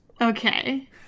okay